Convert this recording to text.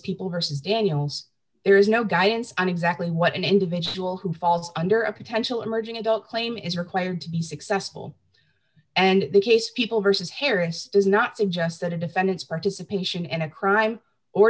people hearses daniels there is no guidance on exactly what an individual who falls under a potential emerging adult claim is required to be successful and the case people versus harris does not suggest that a defendant's participation in a crime or